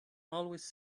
always